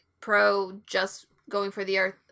pro-just-going-for-the-earth